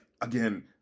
again